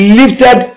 lifted